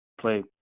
play